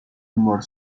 humor